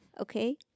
Okay